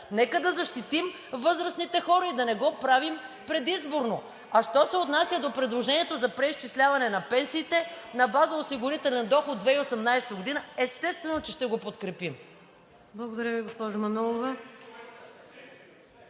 Нека да защитим възрастните хора и да не го правим предизборно. (Шум и реплики.) Що се отнася до предложението за преизчисляване на пенсиите на база осигурителен доход 2018 г., естествено, че ще го подкрепим.